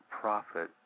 profit